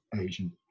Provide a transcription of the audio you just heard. asian